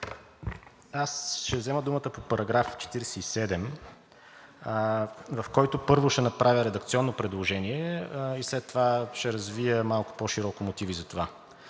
Аз ще взема думата по § 47, в който, първо, ще направя редакционно предложение и след това ще развия малко по-широки мотиви за това.